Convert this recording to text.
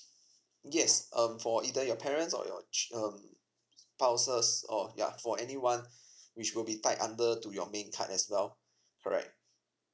yes um for either your parents or your ch~ um spouses or ya for anyone which will be tied under to your main card as well correct